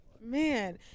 man